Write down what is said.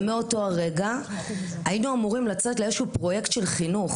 ומאותו הרגע היינו אמורים לצאת לאיזשהו פרויקט של חינוך,